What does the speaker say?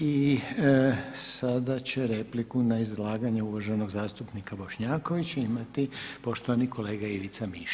I sada će repliku na izlaganje uvaženog zastupnika Bošnjakovića imati poštovani kolega Ivica Mišić.